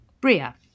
Bria